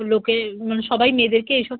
লোকে মানে সবাই মেয়েদেরকে এই সব